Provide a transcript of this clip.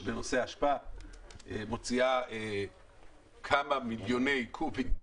בנושא אשפה מוציאה כמה מיליוני קובים.